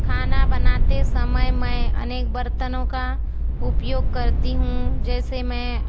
खाना बनाते समय मैं अनेक बर्तनों का उपयोग करती हूँ जैसे मैं